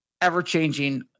ever-changing